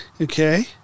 okay